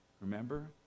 Remember